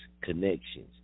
connections